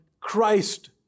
Christ